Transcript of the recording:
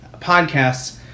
podcasts